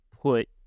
put